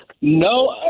No